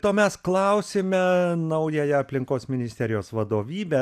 to mes klausime naująją aplinkos ministerijos vadovybę